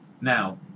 Now